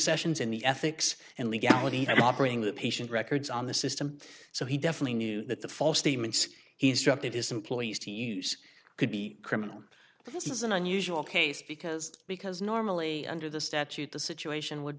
sessions in the ethics and legality of operating the patient records on the system so he definitely knew that the false statements he instructed his employees to use could be criminal but this is an unusual case because because normally under the statute the situation would